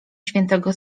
świętego